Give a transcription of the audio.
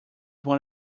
one